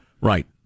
Right